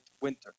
winter